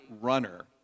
runner